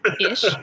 ish